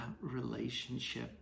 relationship